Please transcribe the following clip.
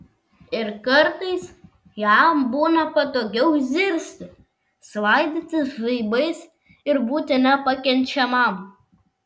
ir kartais jam būna patogiau zirzti svaidytis žaibais ir būti nepakenčiamam